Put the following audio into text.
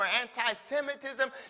anti-semitism